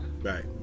Right